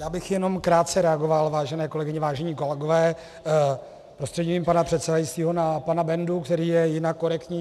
Já bych jenom krátce reagoval, vážené kolegyně, vážení kolegové, prostřednictvím pana předsedajícího na pana Bendu, který je jinak korektní.